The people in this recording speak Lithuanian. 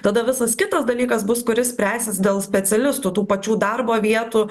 tada visas kitas dalykas bus kuris spręsis dėl specialistų tų pačių darbo vietų